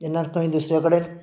जेन्ना खंय दुसरे कडेन